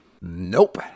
nope